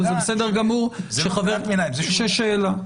זה בסדר גמור שחבר כנסת שואל שאלה.